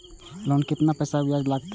Loan के केतना पैसा ब्याज लागते?